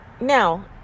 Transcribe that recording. Now